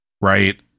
Right